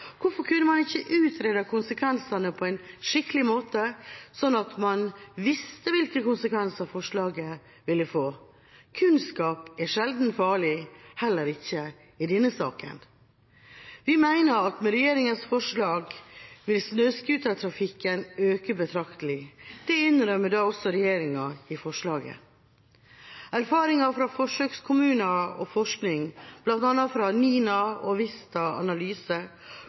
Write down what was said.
Hvorfor kunne man ikke utredet konsekvensene på en skikkelig måte, sånn at man visste hvilke konsekvenser forslaget ville få? Kunnskap er sjelden farlig, heller ikke i denne saken. Vi mener at med regjeringas forslag vil snøscootertrafikken øke betraktelig. Det innrømmer også regjeringa i forslaget. Erfaringer fra forsøkskommuner og forskning, bl.a. fra NINA og Vista Analyse,